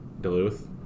Duluth